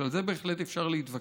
על זה בהחלט אפשר להתווכח,